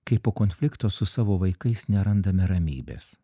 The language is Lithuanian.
kai po konflikto su savo vaikais nerandame ramybės